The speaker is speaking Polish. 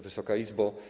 Wysoka Izbo!